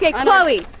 yeah chloe,